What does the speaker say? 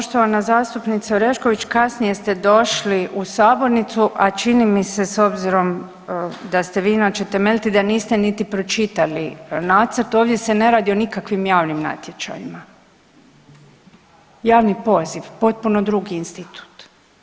Poštovana zastupnice Orešković, kasnije ste došli u sabornicu, a čini mi se s obzirom da ste vi inače temeljiti da niste niti pročitali nacrt, ovdje se ne radi o nikakvim javnim natječajima, javni poziv potpuno drugi institut.